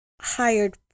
hired